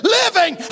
living